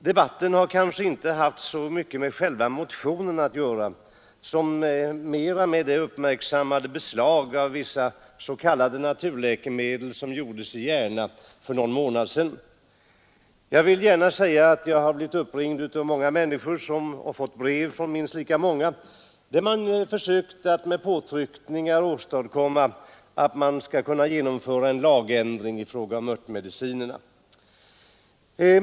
Debatten har kanske inte haft så mycket med själva motionen att av natursubstanser göra som med det uppmärksammade beslag av vissa s.k. naturläkemedel och naturläkemesom gjordes i Järna för någon månad sedan. toder inom sjuk Jag har blivit uppringd av många människor och fått brev från minst vården m.m. lika många, där det gjorts påtryckningar i syfte att få till stånd lagändringar i fråga om örtmedicinerna.